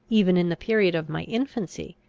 even in the period of my infancy,